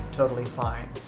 totally fine.